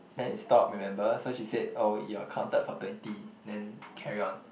then it stopped remember so she said oh you are accounted for twenty then carry on